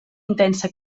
intensa